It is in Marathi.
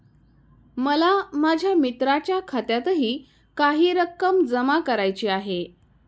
मला माझ्या मित्राच्या खात्यातही काही रक्कम जमा करायची आहे